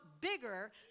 bigger